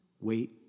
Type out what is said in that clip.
wait